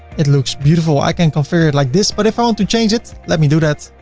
it looks beautiful. i can configure it like this, but if i want to change it, let me do that.